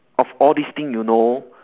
of all this thing you know